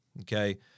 Okay